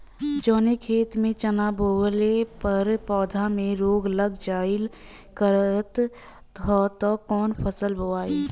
जवने खेत में चना बोअले पर पौधा में रोग लग जाईल करत ह त कवन फसल बोआई?